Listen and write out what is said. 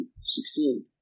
Succeed